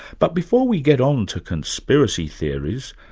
but before we get on to conspiracy theories,